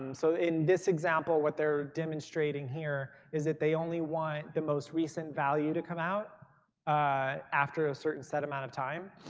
so in this example what they're demonstrating here is that they only want the most recent value to come out after a certain set amount of time.